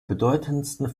bedeutendsten